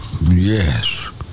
Yes